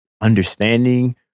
understanding